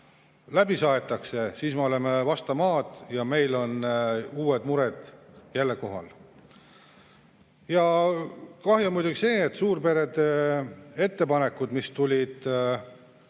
läbi saetakse, siis me oleme vastu maad ja meil on uued mured jälle kohal. Kahju on muidugi sellest, et suurperede ettepanekud, mis tulid